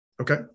Okay